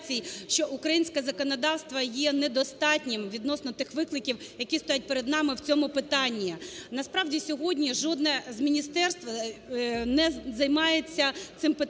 що українське законодавство є недостатнім відносно тих викликів, які стоять перед нами в цьому питанні. Насправді, сьогодні жодне з міністерств не займається цим питанням,